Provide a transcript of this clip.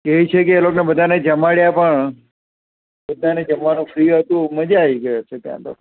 કહે છે કે એ લોકોને બધાંને જમાડ્યાં પણ બધાને જમવાનું ફ્રી હતું મજા આવી ગઈ હશે ત્યાં તો